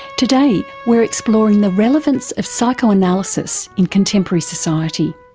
today, we're exploring the relevance of psychoanalysis in contemporary society.